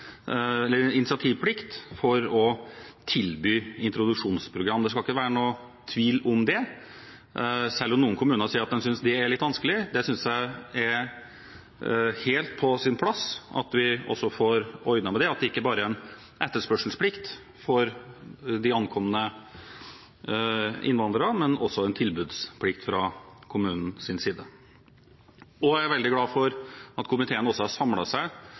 en initiativplikt til å tilby introduksjonsprogram. Det skal ikke være noen tvil om det, selv om noen kommuner sier de synes det er litt vanskelig. Jeg synes det er helt på sin plass at vi får ordnet i det, at det ikke bare er etterspørselsplikt fra de ankomne innvandrerne, men også en tilbudsplikt fra kommunenes side. Jeg er også veldig glad for at komiteen har samlet seg